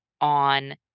on